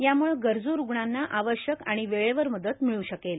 यामुळं गरजू स्रग्णांना आवश्यक आणि वेळेवर मदत मिळू ाकेल